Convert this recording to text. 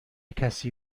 کسی